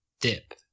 dip